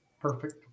Perfect